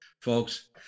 Folks